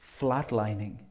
flatlining